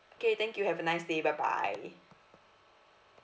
okay thank you have a nice day bye bye